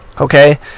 Okay